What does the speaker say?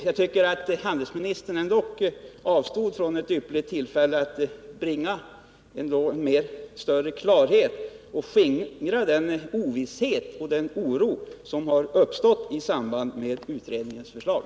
Jag tycker att handelsministern här avstått från att begagna ett ypperligt tillfälle att bringa större klarhet i frågan och därigenom skingra den ovisshet och oro som uppstått i samband med utredningens förslag.